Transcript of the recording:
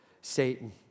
Satan